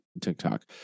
tiktok